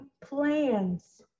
plans